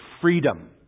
freedom